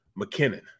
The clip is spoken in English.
McKinnon